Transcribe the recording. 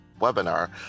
webinar